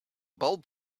bulb